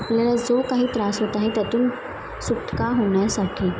आपल्याला जो काही त्रास होत आहे त्यातून सुटका होण्यासाठी